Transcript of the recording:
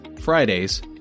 Fridays